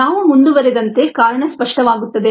ನಾವು ಮುಂದುವರೆದಂತೆ ಕಾರಣ ಸ್ಪಷ್ಟವಾಗುತ್ತದೆ